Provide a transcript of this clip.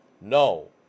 no